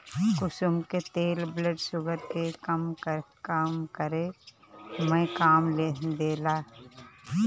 कुसुम के तेल blood sugar के कम करे में काम देला